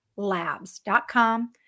Labs.com